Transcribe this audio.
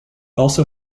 also